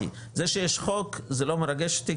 כי זה שיש חוק זה לא מרגש אותי,